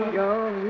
young